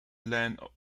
land